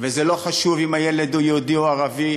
וזה לא חשוב אם הילד הוא יהודי או ערבי,